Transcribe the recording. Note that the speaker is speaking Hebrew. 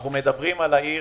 אנחנו מדברים על העיר